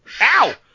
Ow